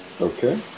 Okay